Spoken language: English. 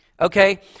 Okay